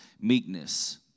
Meekness